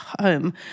home